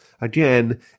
again